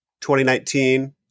2019